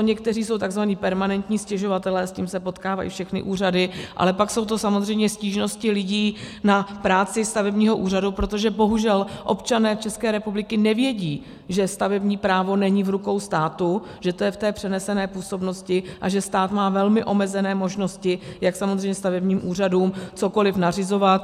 Někteří jsou tzv. permanentní stěžovatelé, s tím se potkávají všechny úřady, ale pak jsou to samozřejmě stížnosti lidí na práci stavebního úřadu, protože bohužel občané České republiky nevědí, že stavební právo není v rukou státu, že to je v té přenesené působnosti a že stát má velmi omezené možnosti, jak stavebním úřadům cokoli nařizovat.